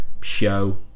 show